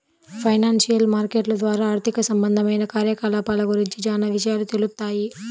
financial మార్కెట్ల ద్వారా ఆర్థిక సంబంధమైన కార్యకలాపాల గురించి చానా విషయాలు తెలుత్తాయి